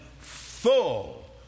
full